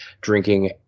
drinking